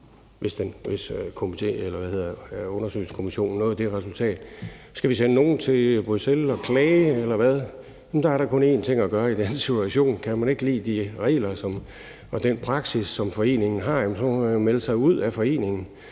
hvis undersøgelseskommissionen når det resultat? Skal vi sende nogen til Bruxelles og klage, eller hvad? Jamen der er da kun en ting at gøre i den situation. Kan man ikke lide de regler og den praksis, som foreningen har, må man jo melde sig ud af foreningen,